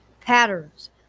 patterns